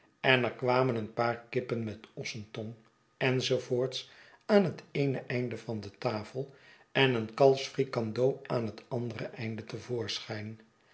en er kwanaen een paar kippen met ossentong enz aan heteene einde van de tafel en een kalfsfricandeau aan het andere einde